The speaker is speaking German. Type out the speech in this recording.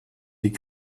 die